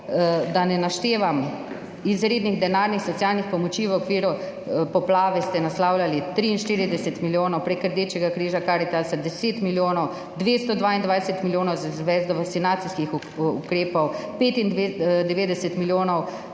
ne naštevam, izrednih denarnih, socialnih pomoči. V okviru poplave ste naslavljali 43 milijonov prek Rdečega križa, Karitasa 10 milijonov, 222 milijonov za izvedbo sanacijskih ukrepov, 95 milijonov